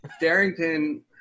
Darrington